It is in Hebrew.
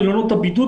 מלונות הבידוד,